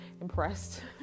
Impressed